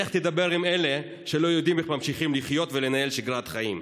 לך תדבר עם אלה שלא יודעים איך ממשיכים לחיות ולנהל שגרת חיים.